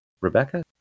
Rebecca